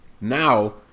Now